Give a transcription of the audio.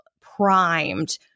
primed